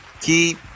Keep